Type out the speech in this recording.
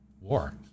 war